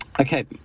Okay